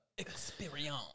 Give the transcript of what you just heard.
experience